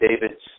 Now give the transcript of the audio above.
David's